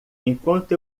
enquanto